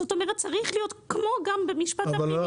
זאת אומרת צריך להיות כמו גם במשפט הפלילי